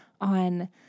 on